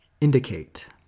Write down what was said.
indicate